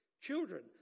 children